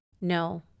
No